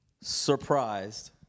surprised